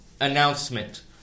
announcement